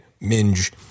Minge